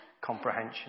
comprehension